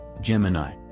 Gemini